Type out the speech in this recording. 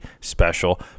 special